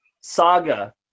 Saga